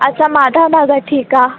अच्छा माधव नगर ठीकु आहे